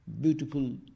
beautiful